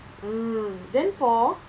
mm then for